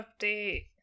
update